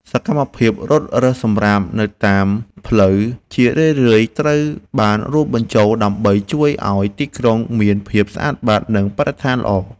សកម្មភាពរត់រើសសំរាមនៅតាមផ្លូវ ជារឿយៗត្រូវបានរួមបញ្ចូល ដើម្បីជួយឱ្យទីក្រុងមានភាពស្អាតបាត និងមានបរិស្ថានល្អ។